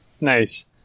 Nice